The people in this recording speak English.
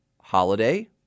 holiday